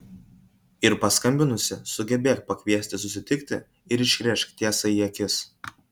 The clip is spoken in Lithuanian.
ir paskambinusi sugebėk pakviesti susitikti ir išrėžk tiesą į akis